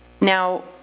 Now